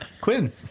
Quinn